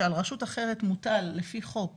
כשעל רשות אחרת מוטל ע"פ חוק